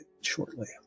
shortly